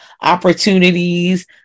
opportunities